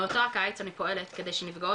מאותו קיץ אני פועלת כדי שנפגעות